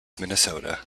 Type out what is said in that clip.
minnesota